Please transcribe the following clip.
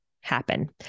happen